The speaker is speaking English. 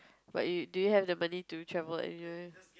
but you do you have the money to travel leisurely